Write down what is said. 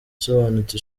isobanutse